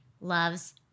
loves